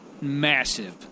massive